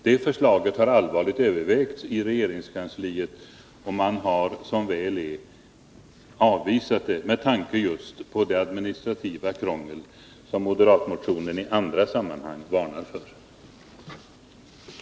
Det förslaget har allvarligt övervägts i regeringskansliet, och man har som väl är avvisat det, med tanke på just det administrativa krångel som det skulle medföra och som moderatmotionen varnar för i andra sammanhang.